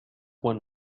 juan